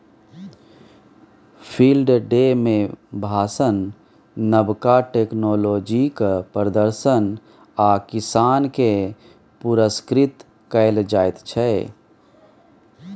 field day मे भाषण, नबका टेक्नोलॉजीक प्रदर्शन आ किसान केँ पुरस्कृत कएल जाइत छै